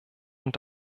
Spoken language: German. und